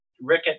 Rick